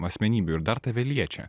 asmenybių ir dar tave liečia